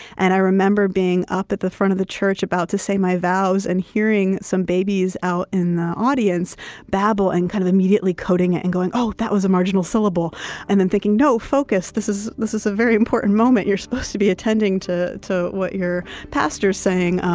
and i remember being up at the front of the church about to say my vows and hearing some babies out in the audience babble and kind of immediately coding it and going oh, that was a marginal syllable and then thinking no, focus. this is this is a very important moment. you're supposed to be attending to to what your pastor is saying.